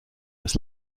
des